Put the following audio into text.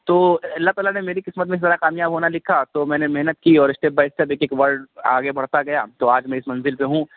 تو اللہ تعالیٰ نے میری قسمت میں جو ہے کامیاب ہونا لکھا تو میں نے محنت کی اور اسٹپ بائے اسٹپ ایک ایک ورڈ آگے بڑھتا گیا تو آج میں اِس منزل پہ ہوں